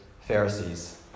Pharisees